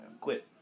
quit